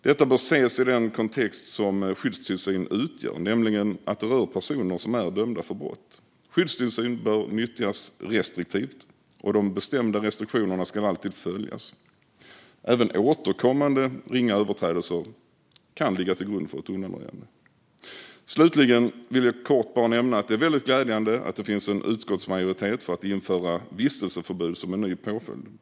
Detta bör ses i den kontext som skyddstillsyn utgör, nämligen att det rör personer som är dömda för brott. Skyddstillsyn bör nyttjas restriktivt, och de bestämda restriktionerna ska alltid följas. Även återkommande ringa överträdelser kan ligga till grund för ett undanröjande. Slutligen vill jag kort nämna att det är väldigt glädjande att det finns en utskottsmajoritet för att införa vistelseförbud som en ny påföljd.